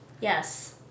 yes